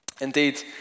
Indeed